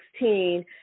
2016